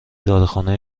داروخانه